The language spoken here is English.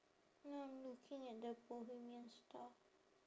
now I'm looking at the bohemian stuff